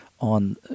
on